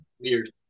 Weird